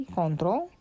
control